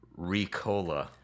Ricola